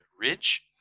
ridge